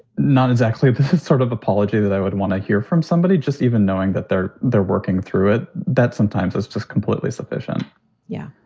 not exactly the sort of apology that i would want to hear from somebody just even knowing that they're they're working through it, that sometimes it's just completely sufficient yeah,